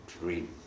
dream